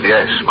Yes